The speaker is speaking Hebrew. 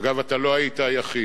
אגב, אתה לא היית היחיד.